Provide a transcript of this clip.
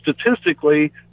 statistically